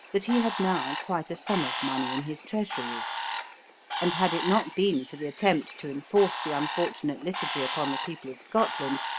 that he had now quite a sum of money in his treasury and had it not been for the attempt to enforce the unfortunate liturgy upon the people of scotland,